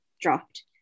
dropped